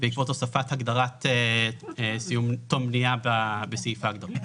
בעקבות הוספת הגדרת תום בנייה בסעיף ההגדרות.